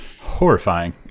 horrifying